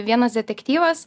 vienas detektyvas